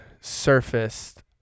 surfaced